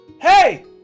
Hey